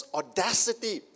audacity